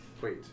wait